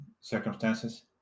circumstances